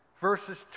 verses